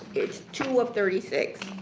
it's two of thirty six.